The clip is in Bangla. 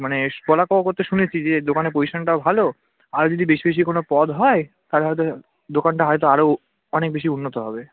মানে বলা কওয়া করতে শুনেছি যে এই দোকানের পজিশানটাও ভালো আরও যদি বেশি বেশি কোনো পদ হয় তাহলে হয়তো দোকানটা হয়তো আরও অনেক বেশি উন্নত হবে